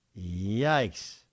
yikes